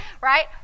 Right